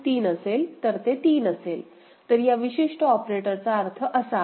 3 तर ते 3 असेल तर या विशिष्ट ऑपरेटर चा अर्थ असा आहे